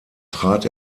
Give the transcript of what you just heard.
trat